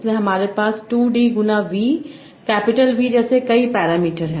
इसलिए हमारे पास 2 d गुना V कैपिटल वी जैसे कई पैरामीटर